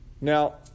Now